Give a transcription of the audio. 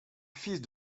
fis